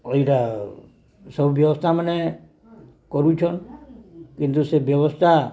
ଏଇଟା ସବୁ ବ୍ୟବସ୍ଥାମାନେ କରୁଛନ୍ କିନ୍ତୁ ସେ ବ୍ୟବସ୍ଥା